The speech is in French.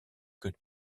que